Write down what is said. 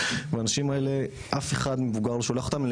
ואנשים האלה אף מבוגר לא שולח אותם,